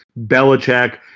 Belichick